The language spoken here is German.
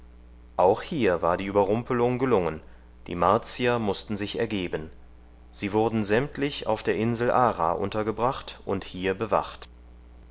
auch hier war die überrumpelung gelungen die martier mußten sich ergeben sie wurden sämtlich auf der insel ara untergebracht und hier bewacht